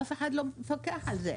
אף אחד לא מפקח על זה.